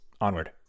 Onward